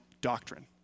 doctrine